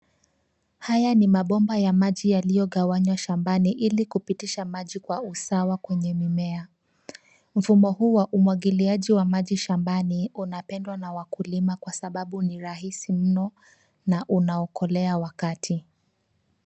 Haya ni mabomba ya maji yaliyogawanywa shambani ili kupitisha maji kwa usawa kwenye mimea. Mfumo huu wa umwagiliaji wa maji shambani unapendwa na wakulima kwa sababu ni rahisi mno na unaokolea wakati.